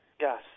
Yes